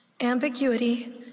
ambiguity